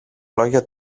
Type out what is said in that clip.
λόγια